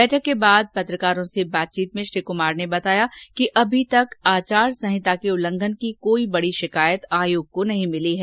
बैठक के बाद पत्रकारों से बातचीत में श्री कमार ने बताया कि अभी तक आचार संहिता के उल्लंघन की कोई बडी शिकायत आयोग को नही मिली है